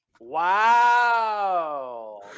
Wow